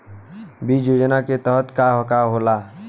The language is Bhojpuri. बीज योजना के तहत का का होला?